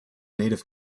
native